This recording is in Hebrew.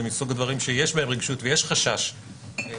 זה מסוג הדברים שיש בהם רגישות ויש חשש לפגיעה.